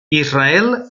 israel